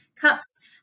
cups